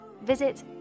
Visit